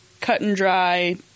cut-and-dry